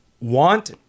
Want